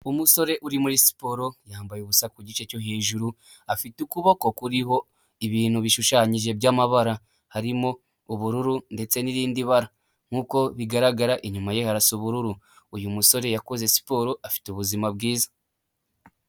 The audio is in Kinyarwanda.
Umusore uri muri siporo yambaye ubusa ku gice cyo hejuru afite ukuboko kuriho ibintu bishushanyije by'amabara harimo ubururu ndetse n'irindi bara, nk'uko bigaragara inyuma ye harasa ubururu, uyu musore yakoze siporo afite ubuzima bwiza.